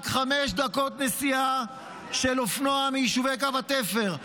חמש דקות נסיעה של אופנוע מיישובי קו התפר,